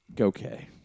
Okay